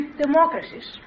democracies